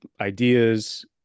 ideas